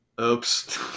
Oops